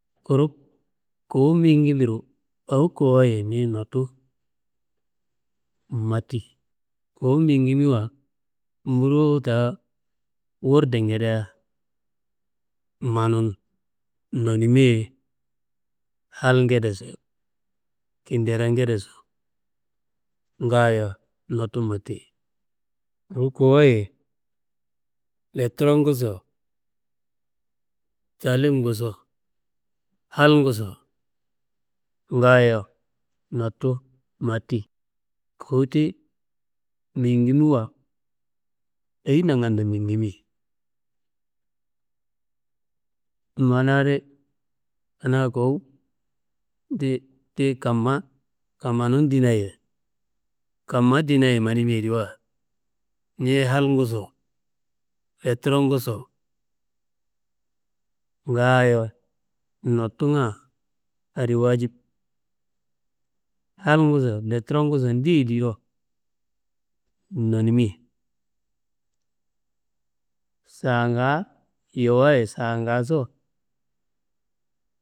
Kuru, kawu migimiro awo kawoye niyi nottu matti. Kowu migimiwa mburo daa wurdengedea manun nonimiye, halngedeso kinderongedeso ngaayo notu matti. Kuru kawaye leturomguso, talimguso, halguso, ngaayo nottu matti. Kawu ti, migimiwa ayi nangando migimi? Mana adi kanaa kawu ti ti kamma, kamanum dinaye, kamma dinaye manimiyediwa niye halguso, leturomguso, ngaayo nottunga adi waajib. Halguso, leturomguso, deyediwo nonimi? Saangaa yawaye saangaaso.